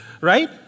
right